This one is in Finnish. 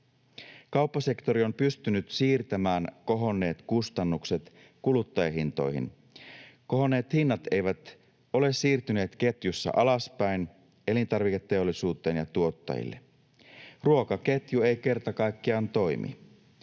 Kauppasektori on pystynyt siirtämään kohonneet kustannukset kuluttajahintoihin. Kohonneet hinnat eivät ole siirtyneet ketjussa alaspäin elintarviketeollisuuteen ja tuottajille. Ruokaketju ei kerta kaikkiaan toimi.